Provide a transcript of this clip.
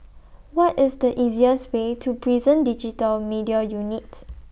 What IS The easiest Way to Prison Digital Media Unit